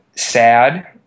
sad